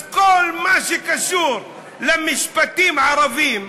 אז כל מה שקשור למשפטים ערביים,